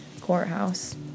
Courthouse